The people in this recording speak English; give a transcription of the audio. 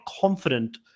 confident